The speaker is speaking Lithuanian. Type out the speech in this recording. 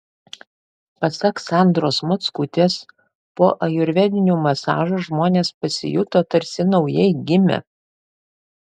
pasak sandros mockutės po ajurvedinių masažų žmonės pasijuto tarsi naujai gimę